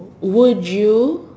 would you